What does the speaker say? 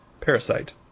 Parasite